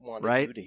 right